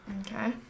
Okay